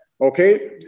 Okay